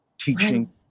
teaching